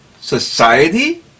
society